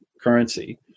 currency